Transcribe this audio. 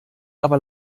aber